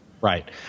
Right